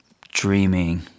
dreaming